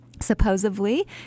supposedly